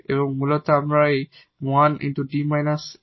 এবং মূলত আমরা এই 1 𝐷 − 𝑎 𝑋 y এর মানটি পাই